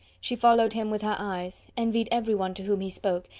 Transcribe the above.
she followed him with her eyes, envied everyone to whom he spoke,